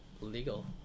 legal